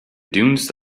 dunes